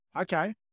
Okay